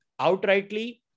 outrightly